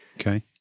Okay